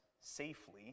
safely